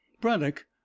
braddock